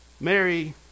Mary